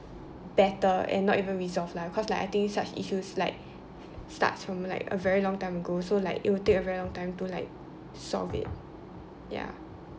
better and not even resolved lah cause like I think such issues like starts from like a very long time ago so like it will take a very long time to like solve it ya